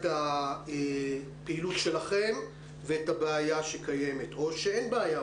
את הפעילות שלכם ואת הבעיה שקיימת - או שאין בעיה,